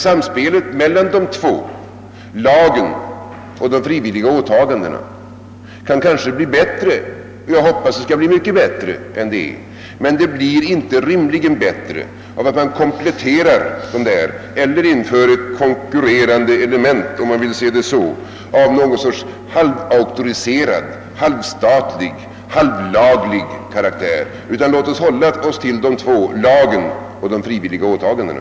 Samspelet mellan lagen och de frivilliga åtagandena kan kanske bli bättre — jag hoppas att det skall bli mycket bättre än det är — men det blir rimligen inte bättre, om man kompletterar dessa eller inför ett konkurrerande element av någon sorts halvauktoriserad, halvstatlig, halvlaglig karaktär. Låt oss hålla oss till de två: lagen och de frivilliga åtagandena!